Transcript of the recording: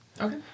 Okay